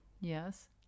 Yes